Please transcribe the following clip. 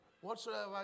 whatsoever